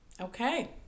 Okay